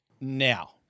now